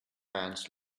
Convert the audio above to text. ants